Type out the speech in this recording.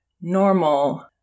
normal